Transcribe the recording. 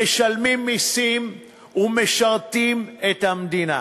משלמים מסים ומשרתים את המדינה.